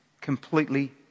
completely